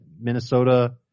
Minnesota